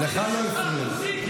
אני באמת שואל.